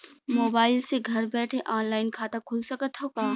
Mobile से घर बैठे ऑनलाइन खाता खुल सकत हव का?